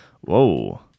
whoa